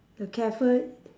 the cafe